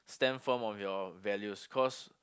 stem form of your values cause